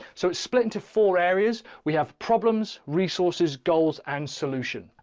so it's split into four areas, we have problems, resources, goals and solution.